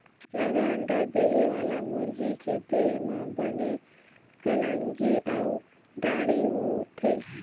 जादा अंडा देहे वाला मुरगी के देह म बने कलंगी अउ दाड़ी होथे